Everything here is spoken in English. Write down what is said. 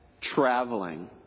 traveling